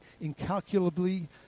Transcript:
incalculably